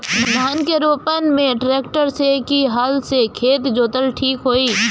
धान के रोपन मे ट्रेक्टर से की हल से खेत जोतल ठीक होई?